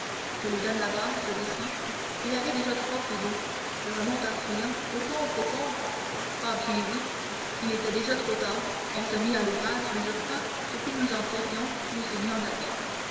je lui donne la barre je descends il y avait déjà trois pieds d'eau je remonte en criant aux pompes aux pompes ah bien oui il était déjà trop tard on se mit à l'ouvrage mais je crois que plus nous en tirions plus il y en avait ah ma